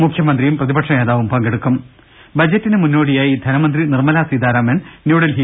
മുഖ്യമന്ത്രിയും പ്രതിപക്ഷ നേതാവും പങ്കെടുക്കും ബജറ്റിന് മുന്നോടിയായി ധനമന്ത്രി നിർമലാ സീതാരാമൻ ന്യൂഡൽഹി